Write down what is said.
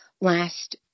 last